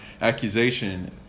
accusation